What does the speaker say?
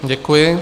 Děkuji.